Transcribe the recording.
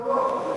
או לא?